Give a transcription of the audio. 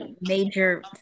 major